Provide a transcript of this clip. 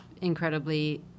incredibly